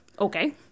okay